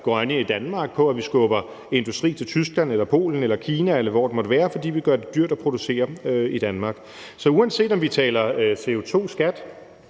grønne i Danmark, hvis vi skubber industri til Tyskland eller Polen eller Kina, eller hvor det måtte være, fordi vi gør det dyrt at producere i Danmark. Så uanset om vi taler CO2-skat